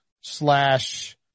slash